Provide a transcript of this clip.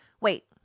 wait